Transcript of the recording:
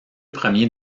premiers